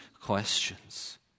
questions